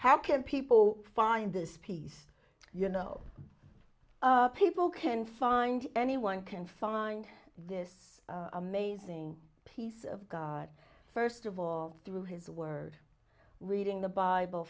how can people find this peace you know people can find anyone can find this amazing peace of god first of all through his word reading the bible